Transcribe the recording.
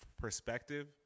perspective